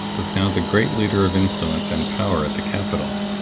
was now the great leader of influence and power at the capitol.